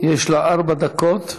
יש לה ארבע דקות,